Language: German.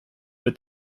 wird